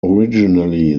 originally